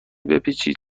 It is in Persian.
بپیچید